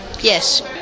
Yes